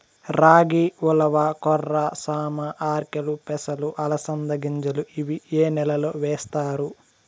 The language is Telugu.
రాగి, ఉలవ, కొర్ర, సామ, ఆర్కెలు, పెసలు, అలసంద గింజలు ఇవి ఏ నెలలో వేస్తారు?